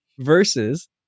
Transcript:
versus